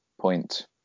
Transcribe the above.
point